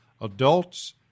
adults